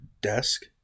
desk